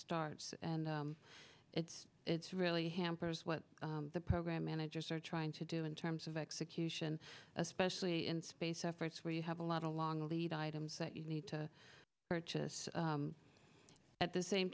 starts and it's it's really hampers what the program managers are trying to do in terms of execution especially in space efforts where you have a lot a long lead items that you need to purchase at the same